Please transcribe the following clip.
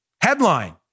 Headline